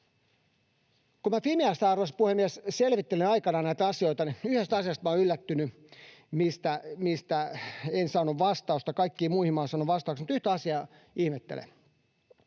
Kun minä Fimeasta, arvoisa puhemies, selvittelin aikanaan näitä asioita, niin yllätyin yhdestä asiasta, mihin en saanut vastausta. Kaikkiin muihin minä olen saanut vastauksen, mutta yhtä asiaa ihmettelen.